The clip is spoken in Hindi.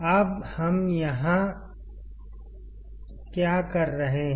अब हम यहां क्या कह रहे हैं